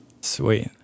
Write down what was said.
Sweet